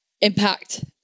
Impact